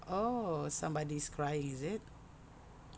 oh somebody is crying is it